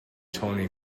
tony